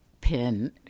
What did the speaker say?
pin